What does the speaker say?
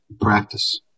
Practice